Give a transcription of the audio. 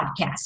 Podcast